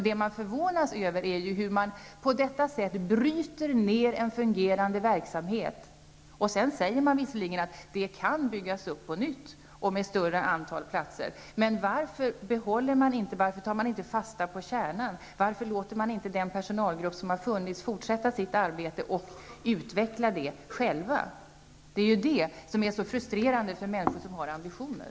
Det som jag förvånas över är hur man på detta sätt bryter ned en fungerande verksamhet. Sedan sägs det visserligen att denna verksamhet kan byggas upp på nytt med ett större antal platser. Men varför tar man inte fasta på kärnan? Och varför låter man inte den personalgrupp som har funnits fortsätta med sitt arbete och utveckla det? Det är ju det som är så frustrerande för människor som har ambitioner.